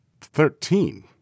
thirteen